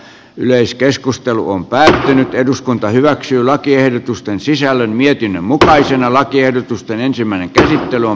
yleiskeskusteluun pääsee nyt eduskunta hyväksyy lakiehdotusten sisällön mietinnön mukaisena lakiehdotusten ensimmäinen käsittely on